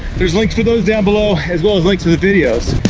there's links to those down below, as well as links to the videos.